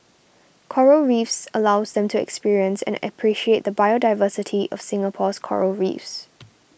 coral Reefs allows them to experience and appreciate the biodiversity of Singapore's Coral Reefs